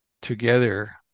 together